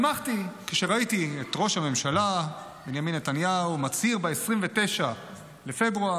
שמחתי כשראיתי את ראש הממשלה בנימין נתניהו מצהיר ב-29 בפברואר